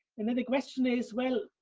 and then the question is well,